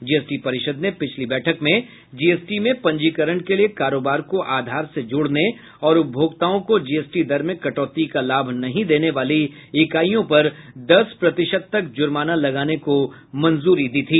GST परिषद ने पिछली बैठक में जीएसटी में पंजीकरण के लिए कारोबार को आधार से जोड़ने और उपभोक्ताओं को जीएसटी दर में कटौती का लाभ नहीं देने वाली इकाइयों पर दस प्रतिशत तक जुर्माना लगाने को मंजूरी दी थी